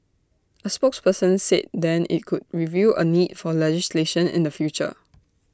A spokesperson said then IT could review A need for legislation in the future